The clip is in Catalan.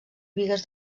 bigues